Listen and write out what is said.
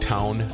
Town